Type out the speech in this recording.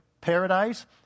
paradise